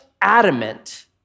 adamant